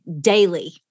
daily